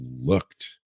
looked